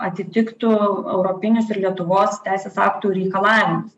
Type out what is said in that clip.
atitiktų europinius ir lietuvos teisės aktų reikalavimus